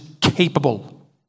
capable